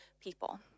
people